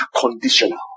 conditional